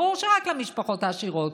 ברור שרק למשפחות העשירות.